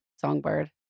songbird